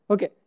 Okay